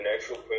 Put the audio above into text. natural